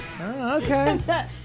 Okay